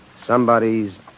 Somebody's